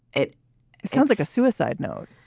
it sounds like a suicide note.